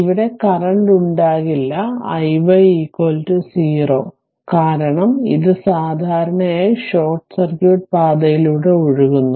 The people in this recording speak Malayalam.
ഇവിടെ കറന്റ് ഉണ്ടാകില്ല iy 0 കാരണം ഇത് സാധാരണയായി ഷോർട്ട് സർക്യൂട്ട് പാതയിലൂടെ ഒഴുകുന്നു